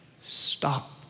stop